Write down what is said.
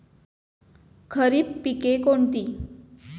खरीप पिके कोणती?